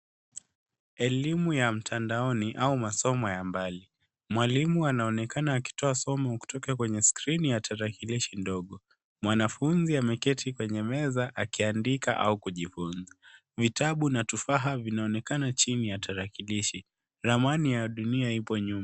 Elimu ya mtandaoni au masomo ya mbali. Mwalimu anaonekana akitoa somo kwenye skrini ya tarakilishi ndogo. Mwanafunzi ameketi kwenye meza akiandika au kujifunza. Vitabu na tufaha vinaonekana chini ya tarakilishi. Ramani ya dunia ipo nyuma.